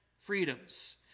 freedoms